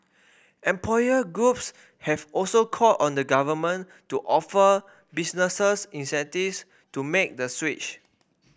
employer groups have also called on the Government to offer businesses incentives to make the switch